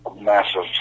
massive